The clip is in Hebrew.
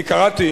אני קראתי